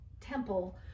temple